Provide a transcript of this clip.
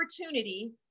opportunity